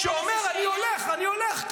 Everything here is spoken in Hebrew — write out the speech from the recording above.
שאומר: אני הולך, אני הולך.